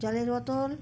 জলের বোতল